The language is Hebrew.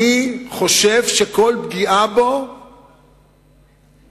אני חושב שכל פגיעה בו היא פגיעה בעת